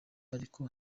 ariko